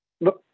No